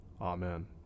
Amen